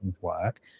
work